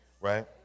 right